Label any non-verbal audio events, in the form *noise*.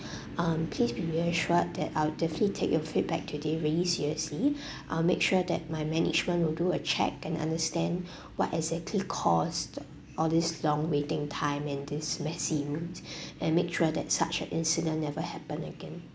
*breath* um please be reassured that I'll definitely take your feedback today really seriously *breath* I'll make sure that my management will do a check and understand what exactly caused all these long waiting time and these messy rooms and make sure that such an incident never happen again